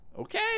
Okay